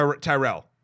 Tyrell